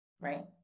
right